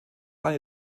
eine